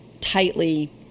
tightly